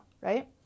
right